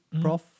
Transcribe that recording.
Prof